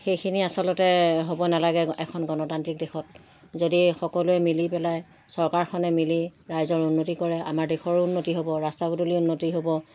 সেইখিনি আচলতে হ'ব নালাগে এখন গণতান্ত্ৰিক দেশত যদি সকলোৱে মিলি পেলাই চৰকাৰখনে মিলি ৰাইজৰ উন্নতি কৰে আমাৰ দেশৰো উন্নতি হ'ব ৰাস্তা পদূলি উন্নতি হ'ব